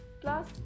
Plus